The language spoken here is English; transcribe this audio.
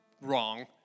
Wrong